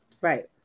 Right